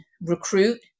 recruit